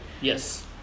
Yes